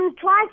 Twice